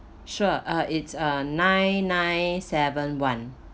sure uh it's uh nine nine seven one